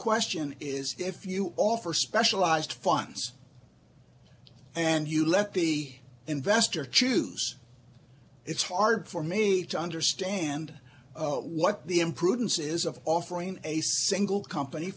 question is if you offer specialized funds and you left the investor choose it's hard for me to understand what the imprudence is of offering a single company